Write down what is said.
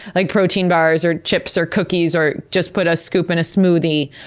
like protein bars or chips or cookies, or just put a scoop in a smoothie,